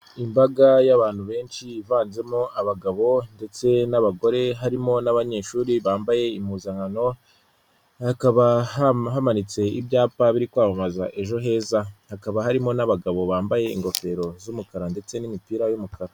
Imbaga y'abantu benshi ivanzemo abagabo ndetse n'abagore, harimo n'abanyeshuri bambaye impuzankano, hakaba hamanitse ibyapa biri kwamamaza ejo heza, hakaba harimo n'abagabo bambaye ingofero z'umukara ndetse n'imipira y'umukara.